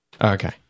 Okay